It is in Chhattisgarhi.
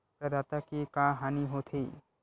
प्रदाता के का हानि हो थे?